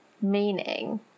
meaning